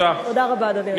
תודה רבה, אדוני היושב-ראש.